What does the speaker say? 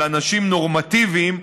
על אנשים נורמטיביים,